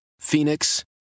Phoenix